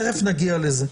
נגיע לזה.